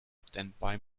standby